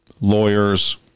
Lawyers